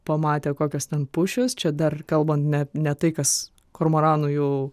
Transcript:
pamatė kokios ten pušys čia dar kalbant ne ne tai kas kormoranų jau